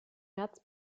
märz